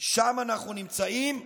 שם אנחנו נמצאים.